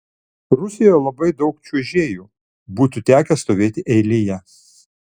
rusijoje labai daug čiuožėjų būtų tekę stovėti eilėje